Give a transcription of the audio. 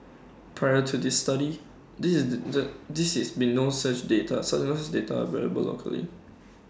prior to this study this is the this is been no such data such as data available locally